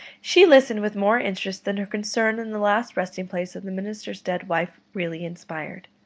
she listened with more interest than her concern in the last resting-place of the minister's dead wife really inspired.